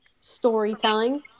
storytelling